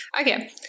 Okay